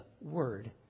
word